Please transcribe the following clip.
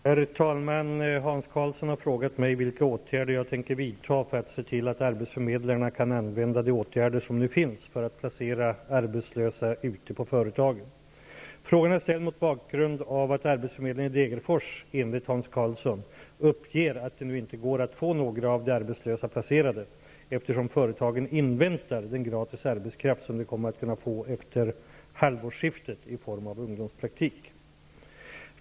Herr talman! Hans Karlsson har frågat mig vilka åtgärder jag tänker vidta för att se till att arbetsförmedlarna kan använda de åtgärder som nu finns för att placera arbetslösa ute på företagen. Frågan är ställd mot bakgrund av att arbetsförmedlingen i Degerfors, enligt Hans Karlsson, uppger att det nu inte går att få några av de arbetslösa placerade, eftersom företagen inväntar den gratis arbetskraft som de kommer att kunna få efter halvårsskiftet i form av ungdomspraktik.